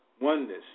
oneness